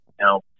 Now